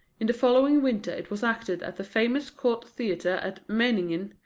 in the following winter it was acted at the famous court theatre at meiningen,